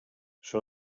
sol